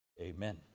Amen